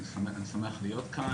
אני שמח להיות כאן.